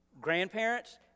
Grandparents